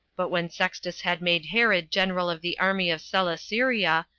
but when sextus had made herod general of the army of celesyria,